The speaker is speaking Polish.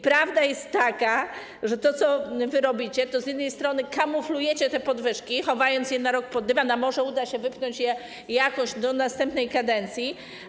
Prawda jest taka, że to, co wy robicie, to z jednej strony kamuflujecie te podwyżki, chowając je na rok pod dywan - a może uda się wypchnąć je jakoś do następnej kadencji?